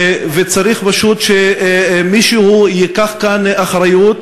וצריך פשוט שמישהו ייקח כאן אחריות.